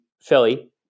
Philly